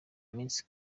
minsi